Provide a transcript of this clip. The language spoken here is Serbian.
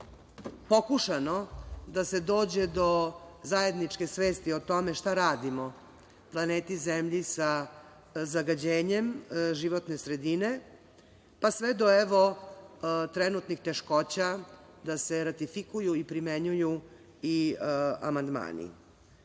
pokušano da se dođe do zajedničke svesti o tome šta radimo planeti zemlji sa zagađenjem životne sredine, pa sve do trenutnih teškoća da se ratifikuju i primenjuju i amandmani.Zašto